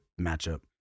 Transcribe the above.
matchup